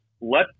let